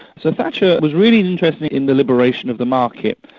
so thatcher was really interested in in the liberation of the market,